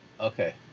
Okay